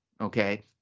Okay